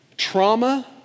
Trauma